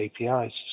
apis